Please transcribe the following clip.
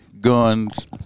Guns